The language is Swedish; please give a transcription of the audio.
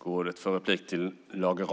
gå bra.